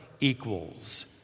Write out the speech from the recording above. equals